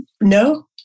no